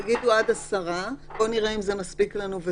אפשר להגביל לעשרה למשל.